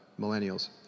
millennials